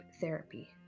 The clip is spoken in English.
therapy